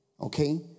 okay